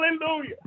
Hallelujah